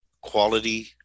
quality